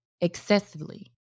excessively